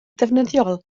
ddefnyddiol